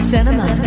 Cinema